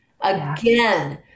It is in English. again